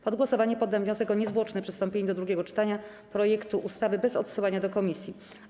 Pod głosowanie poddam wniosek o niezwłoczne przystąpienie do drugiego czytania projektu ustawy, bez odsyłania do komisji.